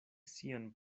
sian